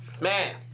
Man